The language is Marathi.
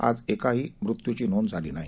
आजएकाहीमृत्यूचीनोंदझालीनाही